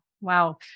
Wow